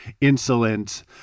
insolent